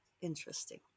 interesting